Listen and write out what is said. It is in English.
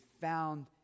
found